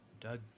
Doug